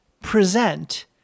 present